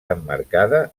emmarcada